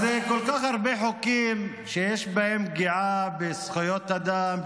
אבו כאמל.) אז כל כך הרבה חוקים שיש בהם פגיעה בזכויות אדם,